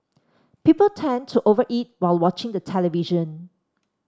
people tend to over eat while watching the television